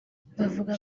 bavuga